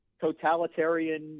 totalitarian